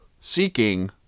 Seeking